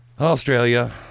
Australia